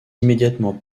immédiatement